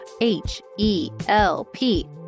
H-E-L-P